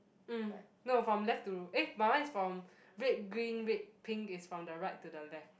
mm no from left to eh my one is from red green red pink is from the right to the left